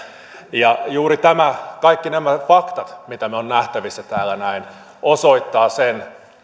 juuri kaikki nämä faktat mitkä ovat nähtävissä täällä näin osoittavat sen